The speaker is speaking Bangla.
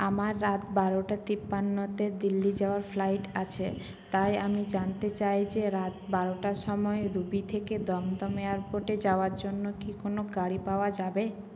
আমার রাত বারোটা তিপান্নতে দিল্লি যাওয়ার ফ্লাইট আছে তাই আমি জানতে চাই যে রাত বারোটার সময় রুবি থেকে দমদম এয়ারপোর্টে যাওয়ার জন্য কি কোনো গাড়ি পাওয়া যাবে